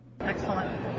excellent